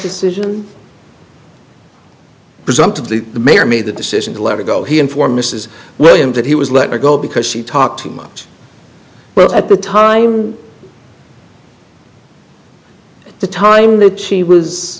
decision presumptive the mayor made the decision to let it go he informed mrs williams that he was let go because she talked too much but at the time the time that she was